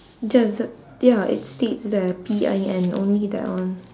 just ya it states there P I N only that one